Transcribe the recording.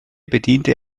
bediente